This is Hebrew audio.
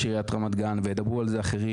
עיריית רמת גן וידברו על זה אחרים,